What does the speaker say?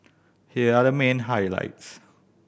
here are the main highlights